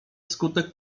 wskutek